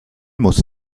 muss